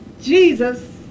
Jesus